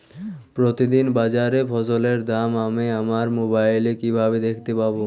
প্রতিদিন বাজারে ফসলের দাম আমি আমার মোবাইলে কিভাবে দেখতে পাব?